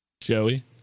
Joey